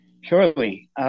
Surely